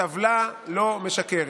הטבלה לא משקרת,